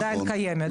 היא עדיין קיימת,